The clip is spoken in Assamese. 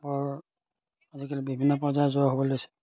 আজিকালি বিভিন্ন পৰ্যায়ৰ জ্বৰ হ'বলৈ লৈছে